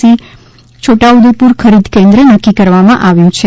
C Chhota Udepur ખરીદ કેન્દ્ર નકકી કરવામાં આવેલ છે